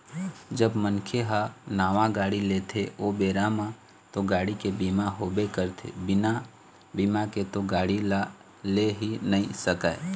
जब मनखे ह नावा गाड़ी लेथे ओ बेरा म तो गाड़ी के बीमा होबे करथे बिना बीमा के तो गाड़ी ल ले ही नइ सकय